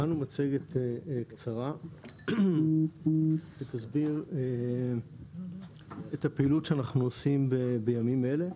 הכנו מצגת קצרה שתסביר את הפעילות שאנחנו עושים בימים אלה,